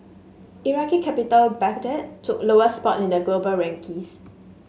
Iraqi capital Baghdad took lowest spot on the global rankings